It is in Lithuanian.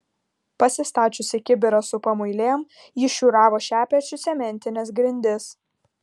pasistačiusi kibirą su pamuilėm ji šiūravo šepečiu cementines grindis